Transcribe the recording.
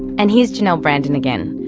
and here's janel brandon again,